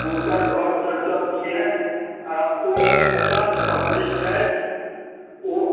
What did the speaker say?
हुनकर घर सरिसब छिअनि आओर ओ प्रकाण्ड पण्डित छथि ओ